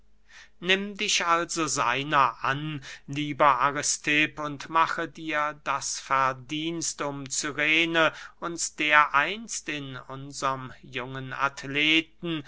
nimm dich also seiner an lieber aristipp und mache dir das verdienst um cyrene uns dereinst in unserm jungen athleten